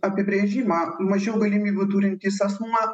apibrėžimą mažiau galimybių turintis asmuo